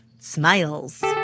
smiles